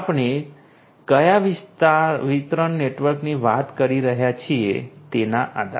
આપણે કયા વિતરણ નેટવર્કની વાત કરી રહ્યા છીએ તેના આધારે